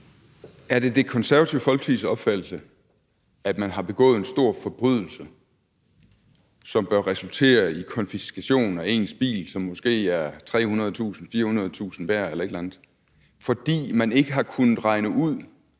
Er det Det Konservative Folkepartis opfattelse, at man har begået en stor forbrydelse, som bør resultere i konfiskation af ens bil, som måske er 300.000-400.000 kr. værd eller et eller andet i den stil, fordi man ikke har kunnet regne ud,